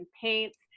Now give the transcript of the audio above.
paints